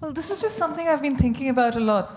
well this is just something i've been thinking about a lot